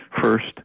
first